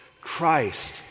Christ